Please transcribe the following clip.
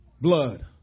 Blood